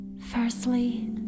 Firstly